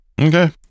Okay